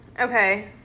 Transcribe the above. okay